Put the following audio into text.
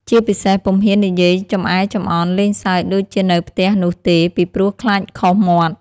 ជាពិសេស ពុំហ៊ាននិយាយចំអែចំអន់លេងសើចដូចជានៅផ្ទះនោះទេ ពីព្រោះខ្លាចខុសមាត់។